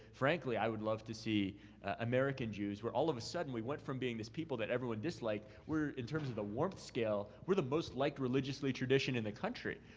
frankly, i would love to see american jews, where all of a sudden we went from being this people that everyone disliked, we're in terms of the warmth scale, we're the most like religiously tradition in the country,